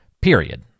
period